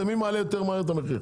זה מי מעלה יותר מהר את המחיר,